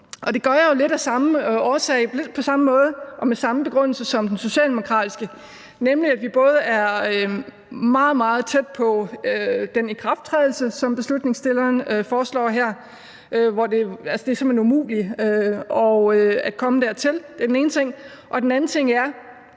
Det gør vi jo lidt på samme måde og med samme begrundelse som den socialdemokratiske ordfører, nemlig at vi som det ene er meget, meget tæt på den ikrafttrædelsesdato, som forslagsstillerne foreslår her. Og det er simpelt hen umuligt at nå det dertil. Det er den ene ting. Den anden ting er